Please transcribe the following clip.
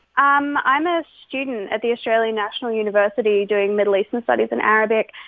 um i'm a student at the australian national university doing middle eastern studies and arabic,